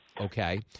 okay